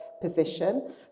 position